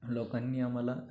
लोकांनी आम्हाला